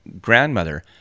grandmother